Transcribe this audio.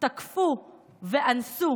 תקפו ואנסו